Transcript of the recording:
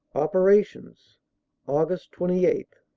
operations aug. twenty eight.